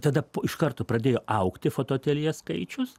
tada iš karto pradėjo augti fotoateljė skaičius